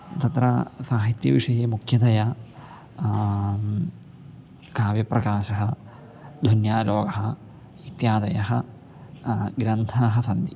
तत्र साहित्यविषये मुख्यतया काव्यप्रकाशः ध्वन्यालोकः इत्यादयः ग्रन्थाः सन्ति